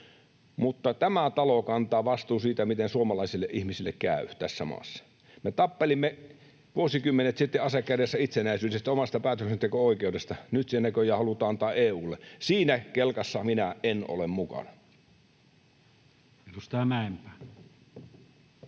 Mutta tämä talo kantaa vastuun siitä, miten suomalaisille ihmisille käy tässä maassa. Me tappelimme vuosikymmenet sitten ase kädessä itsenäisyydestämme, omasta päätöksenteko-oikeudesta. Nyt se näköjään halutaan antaa EU:lle. Siinä kelkassa minä en ole mukana.